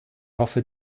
hoffe